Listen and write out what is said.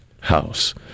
house